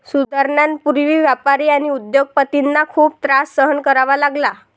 सुधारणांपूर्वी व्यापारी आणि उद्योग पतींना खूप त्रास सहन करावा लागला